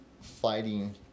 fighting